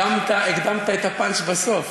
הקדמת את הפאנץ' בסוף.